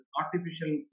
artificial